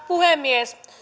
puhemies